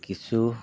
কিছু